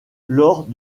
lors